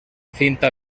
cinta